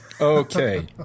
Okay